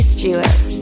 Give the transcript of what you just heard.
Stewart